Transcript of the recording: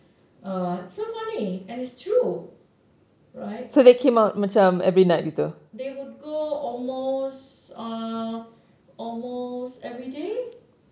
uh so funny and it's true right they would go almost every uh almost everyday